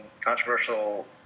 controversial